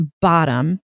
bottom